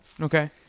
Okay